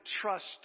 trust